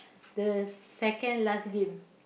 the second last game